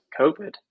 COVID